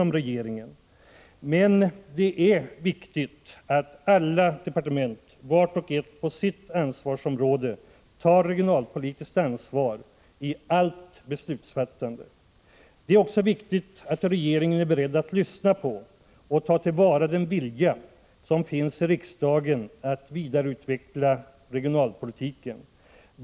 Men det är viktigt att alla departement, vart och ett på sitt ansvarsområde, tar regionalpolitiskt ansvar i allt beslutsfattande. Det är också viktigt att regeringen är beredd att lyssna på och ta till vara den vilja som finns i riksdagen att vidareutveckla regionalpolitiken.